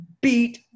beat